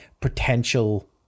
potential